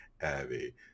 Abby